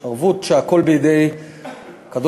יש ערבות שהכול בידי הקדוש-ברוך-הוא,